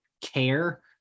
care